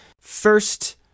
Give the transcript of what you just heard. first